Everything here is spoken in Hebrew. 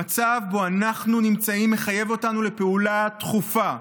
המצב שבו אנחנו נמצאים מחייב אותנו לפעולה דחופה.